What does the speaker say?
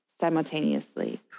simultaneously